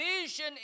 vision